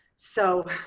so